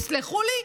תסלחו לי,